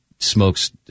Smokes